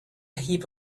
heap